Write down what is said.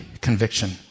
conviction